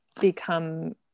become